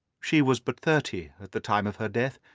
she was but thirty at the time of her death,